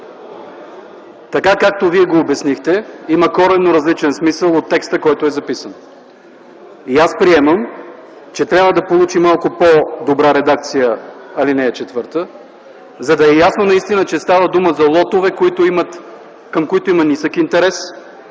Така, както Вие го обяснихте има коренно различен смисъл от текста, който е записан. И аз приемам, че трябва да получи малко по-добра редакция ал. 4, за да става ясно наистина, че става дума за лотове, към които има нисък интерес,